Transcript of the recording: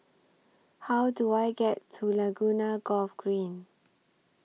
How Do I get to Laguna Golf Green